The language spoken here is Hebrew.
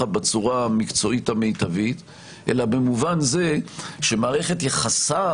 בצורה המקצועית והמיטבית אלא במובן זה שמערכת יחסיו